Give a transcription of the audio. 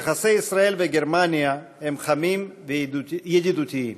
יחסי ישראל וגרמניה חמים וידידותיים.